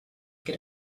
que